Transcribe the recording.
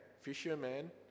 fisherman